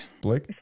Blake